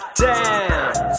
dance